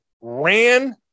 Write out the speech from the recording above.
ran